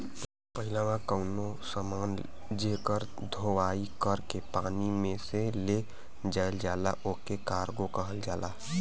पहिलवा कउनो समान जेकर धोवाई कर के पानी में से ले जायल जाला ओके कार्गो कहल जाला